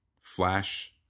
flash